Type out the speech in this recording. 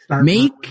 make